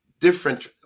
different